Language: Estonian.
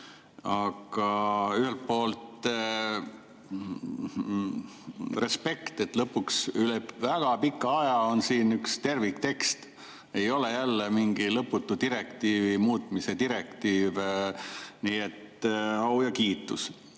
Aga ühelt poolt respekt, et lõpuks üle väga pika aja on siin üks terviktekst, mitte ei ole jälle mingi lõputu direktiivi muutmise direktiiv. Nii et au ja kiitus